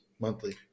Monthly